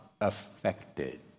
Affected